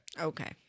Okay